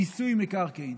מיסוי מקרקעין,